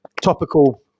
topical